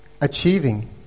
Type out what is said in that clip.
achieving